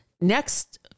next